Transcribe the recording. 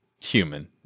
human